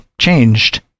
changed